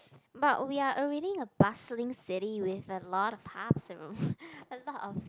but we are already a bustling city with a lot of hubs and with a lot of